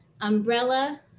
umbrella